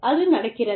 அது நடக்கிறது